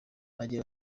agira